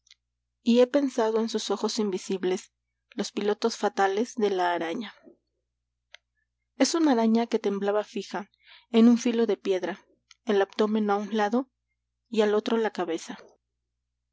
alargaba y he pensado en sus ojos invisibles los pilotos fatales de la araña es una araña que temblaba fija en un filo de piedra el abdomen a un lado y al otro la cabeza